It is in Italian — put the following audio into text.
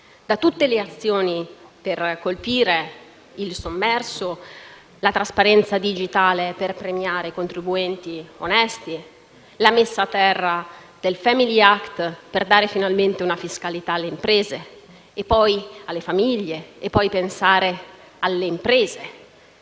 partire dalle azioni per colpire il sommerso, dalla trasparenza digitale per premiare i contribuenti onesti, dalla messa a terra del *family act* per dare finalmente una fiscalità alle imprese e alle famiglie, dal pensare a misure